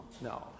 No